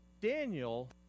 Daniel